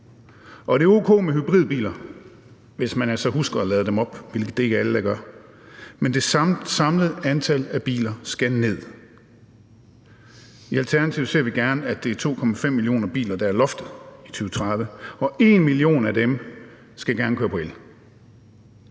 husker at lade dem op, hvilket det ikke er alle der gør, men det samlede antal af biler skal ned. I Alternativet ser vi gerne, at det er 2,5 millioner biler, der er loftet i 2030, og at 1 million af dem gerne skal køre på el.